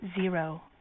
zero